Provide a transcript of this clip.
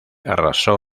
arrasó